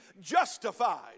justified